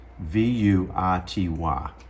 V-U-I-T-Y